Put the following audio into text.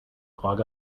clog